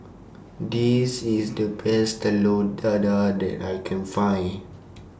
This IS The Best Telur Dadah that I Can Find